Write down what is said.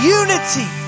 unity